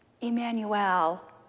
Emmanuel